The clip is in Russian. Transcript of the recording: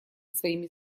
своими